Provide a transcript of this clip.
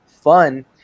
fun